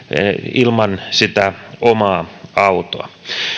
ilman omaa autoa